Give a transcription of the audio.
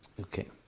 Okay